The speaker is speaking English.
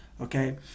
Okay